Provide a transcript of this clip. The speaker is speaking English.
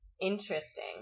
Interesting